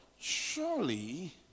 surely